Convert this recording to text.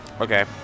Okay